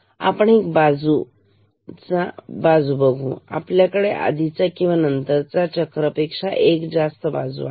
आपण एक बाजू मी करतो आहोत आपल्याकडे आधीचा किंवा नंतरचा चक्र पेक्षा एक जास्त बाजू आहे